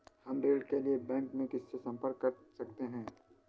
हम ऋण के लिए बैंक में किससे संपर्क कर सकते हैं?